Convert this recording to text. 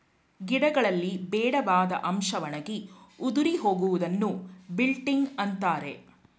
ಗಿಡಗಳಲ್ಲಿ ಬೇಡವಾದ ಅಂಶ ಒಣಗಿ ಉದುರಿ ಹೋಗುವುದನ್ನು ವಿಲ್ಟಿಂಗ್ ಅಂತರೆ